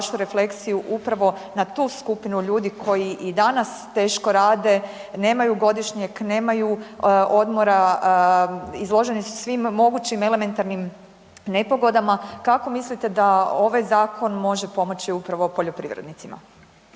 vašu refleksiju upravo na tu skupinu ljudi koji i danas teško rade, nemaju godišnjeg, nemaju odmora, izloženi su svim mogućim elementarnim nepogodama, kako mislite da ovaj zakon može pomoći upravo poljoprivrednicima?